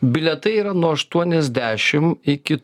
bilietai yra nuo aštuoniasdešim iki